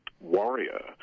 warrior